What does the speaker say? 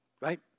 Right